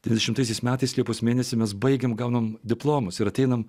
trisdešimtaisiais metais liepos mėnesį mes baigėme gauname diplomus ir ateiname